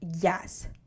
yes